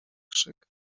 krzyk